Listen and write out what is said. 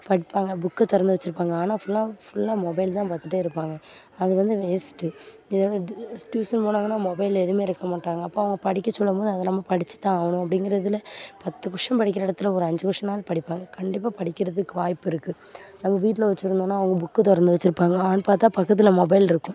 படிப்பாங்க புக்கை திறந்து வச்சுருப்பாங்க ஆனால் ஃபுல்லாக ஃபுல்லாக மொபைல் தான் பார்த்துட்டே இருப்பாங்க அது வந்து வேஸ்ட்டு இதே வந்து டி டியூசன் போனாங்கனால் மொபைல் எதுவுமே இருக்க மாட்டாங்க அப்போது அவங்க படிக்க சொல்லும் போது அதை நம்ம படிச்சு தான் ஆகணும் அப்படிங்கிறதுல பத்து கொஸ்டின் படிக்கிற இடத்துல ஒரு அஞ்சு கொஸ்டினாவது படிப்பாங்க கண்டிப்பாக படிக்கிறதுக்கு வாய்ப்பு இருக்குது நம்ம வீட்டில் வச்சுருந்தோம்னா அவங்க புக்கை திறந்து வச்சுருப்பாங்களானு பார்த்தா பக்கத்தில் மொபைல் இருக்கும்